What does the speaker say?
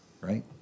Right